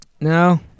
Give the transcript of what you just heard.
No